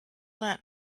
that